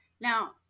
Now